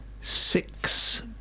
Six